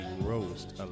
roast